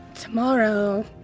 Tomorrow